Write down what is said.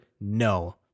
no